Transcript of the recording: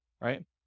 Right